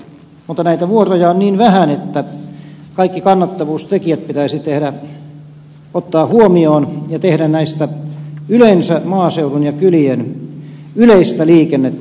mutta näitä vuoroja on niin vähän että kaikki kannattavuustekijät pitäisi ottaa huomioon ja tehdä näistä yleensä maaseudun ja kylien yleistä liikennettä